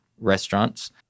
restaurants